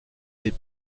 est